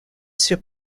sur